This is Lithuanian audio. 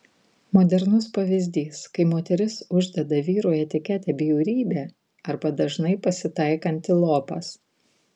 modernus pavyzdys kai moteris uždeda vyrui etiketę bjaurybė arba dažnai pasitaikantį lopas